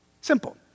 Simple